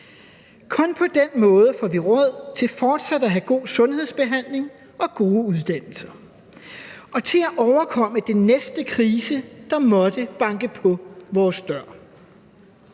Kun på den måde får vi råd til fortsat at have en god sundhedsbehandling og gode uddannelser og til at overkomme den næste krise, der måtte banke på vores dør.